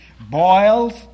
boils